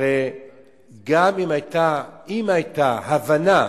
הרי גם אם היתה הבנה,